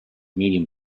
medium